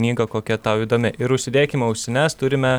knygą kokia tau įdomi ir užsidėkim ausines turime